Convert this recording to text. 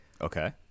okay